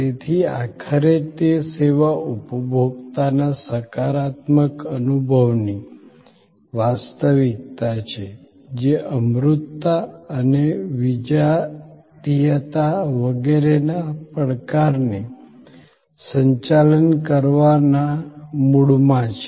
તેથી આખરે તે સેવા ઉપભોક્તાના સકારાત્મક અનુભવની વાસ્તવિકતા છે જે અમૂર્તતા અને વિજાતીયતા વગેરેના પડકારને સંચાલન કરવાના મૂળમાં છે